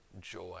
joy